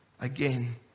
again